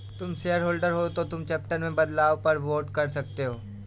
तुम शेयरहोल्डर हो तो तुम चार्टर में बदलाव पर वोट कर सकते हो